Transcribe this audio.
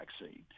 vaccine